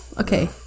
Okay